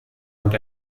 und